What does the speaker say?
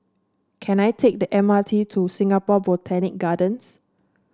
can I take the M R T to Singapore Botanic Gardens